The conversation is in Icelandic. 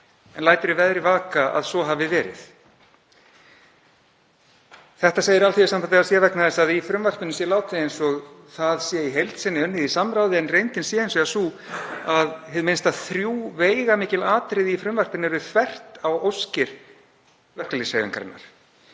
en láti í veðri vaka að svo hafi verið. Það segir Alþýðusambandið að sé vegna þess að í frumvarpinu sé látið eins og það sé í heild sinni unnið í samráði, en reyndin sé hins vegar sú að hið minnsta þrjú veigamikil atriði í frumvarpinu séu þvert á óskir verkalýðshreyfingarinnar.